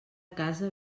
casa